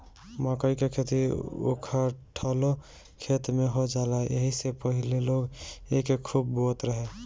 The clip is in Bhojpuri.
मकई कअ खेती उखठलो खेत में हो जाला एही से पहिले लोग एके खूब बोअत रहे